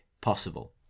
possible